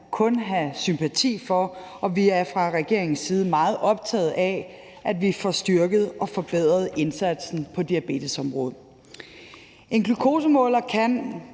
kun have sympati for, og vi er fra regeringens side meget optaget af, at vi får styrket og forbedret indsatsen på diabetesområdet. En glukosemåler kan